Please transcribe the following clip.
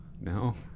No